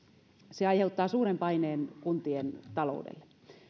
se aiheuttaa suuren paineen kuntien taloudelle